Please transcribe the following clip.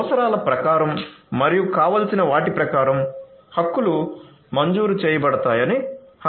అవసరాల ప్రకారం మరియు కావాల్సిన వాటి ప్రకారం హక్కులు మంజూరు చేయబడతాయని హామీ ఇస్తుంది